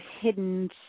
hidden